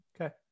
Okay